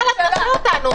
יאללה, נסו אותנו.